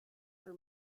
for